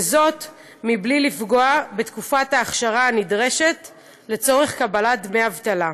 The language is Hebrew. בלי לפגוע בתקופת האכשרה הנדרשת לצורך קבלת דמי אבטלה.